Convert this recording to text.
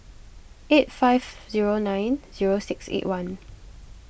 eight five zero nine zero six eight one